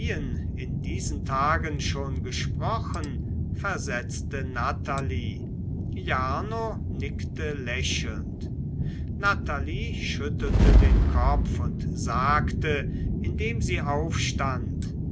in diesen tagen schon gesprochen versetzte natalie jarno nickte lächelnd natalie schüttelte den kopf und sagte indem sie aufstand